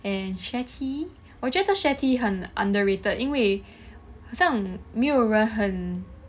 and sharetea 我觉得 sharetea 很 underrated 因为好像没有人